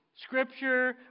scripture